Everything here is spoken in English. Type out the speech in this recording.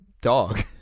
dog